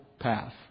Path